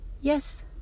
Yes